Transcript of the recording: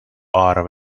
are